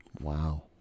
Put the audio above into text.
Wow